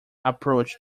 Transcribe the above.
approach